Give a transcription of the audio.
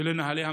ולנוהלי המשטרה.